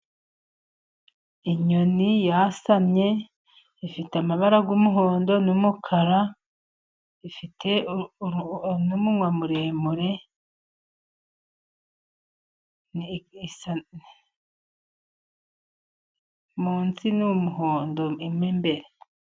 Inyoni yasamye ifite amabara y'umuhondo n'umukara. Ifite n'umunwa muremure, munsi n'umuhondo mo imbere.